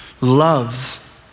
loves